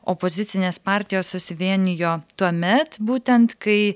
opozicinės partijos susivienijo tuomet būtent kai